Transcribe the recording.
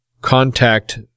contact